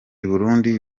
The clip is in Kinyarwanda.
burundi